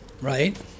right